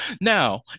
now